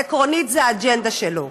עקרונית, זו האג'נדה שלו.